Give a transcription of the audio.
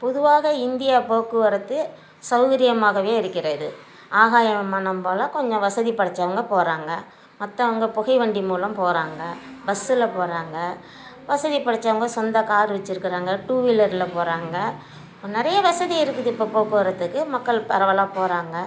பொதுவாக இந்தியா போக்குவரத்து சௌகரியமாகவே இருக்கிறது ஆகாய விமானம் போல் கொஞ்சம் வசதி படைத்தவங்க போகிறாங்க மற்றவங்க புகை வண்டி மூலம் போகிறாங்க பஸ்ஸில் போகிறாங்க வசதி படைத்தவங்க சொந்த கார் வச்சுருக்குறாங்க டூவீலரில் போகிறாங்க நிறையா வசதி இருக்குது இப்போது போக்குவரத்துக்கு மக்கள் பரவலாக போகிறாங்க